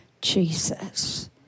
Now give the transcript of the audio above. Jesus